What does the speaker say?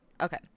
Okay